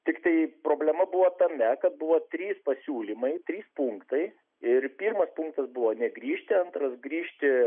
tiktai problema buvo tame kad buvo trys pasiūlymai trys punktai ir pirmas punktas buvo negrįžti antras grįžti